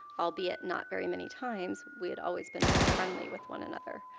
albeit not very many times, we had always been friendly with one another.